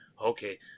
okay